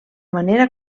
manera